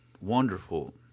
wonderful